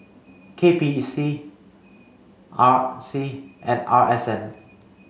K P E C R C and R S N